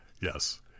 Yes